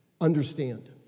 understand